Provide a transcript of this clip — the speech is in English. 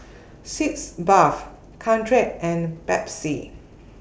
Sitz Bath Caltrate and Pansy